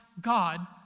God